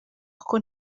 kuko